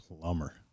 plumber